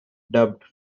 dubbed